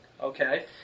Okay